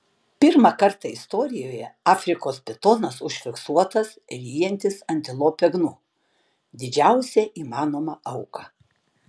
pirmą kartą istorijoje afrikos pitonas užfiksuotas ryjantis antilopę gnu didžiausią įmanomą auką